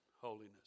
holiness